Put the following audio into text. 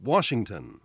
Washington